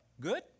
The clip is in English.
Good